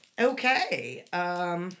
okay